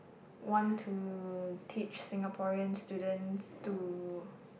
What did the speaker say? want to teach Singaporean students to